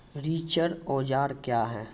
रिचर औजार क्या हैं?